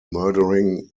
murdering